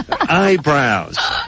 eyebrows